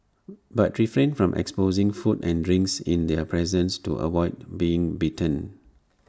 but refrain from exposing food and drinks in their presence to avoid being bitten